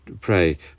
pray